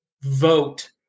vote